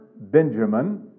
Benjamin